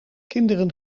kinderen